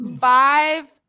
five